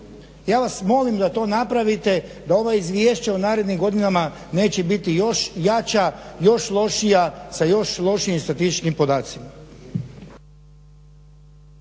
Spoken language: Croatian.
ja vas molim da to napravite da ova izvješća u narednim godinama neće biti još jača, još lošija sa još lošijim statističkim podacima.